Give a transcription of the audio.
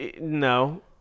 No